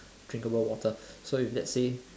drinkable water so if let's say